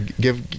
give